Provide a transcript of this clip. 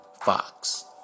fox